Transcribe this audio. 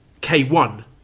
K1